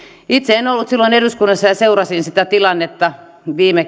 itse en ollut silloin eduskunnassa mutta seurasin sitä tilannetta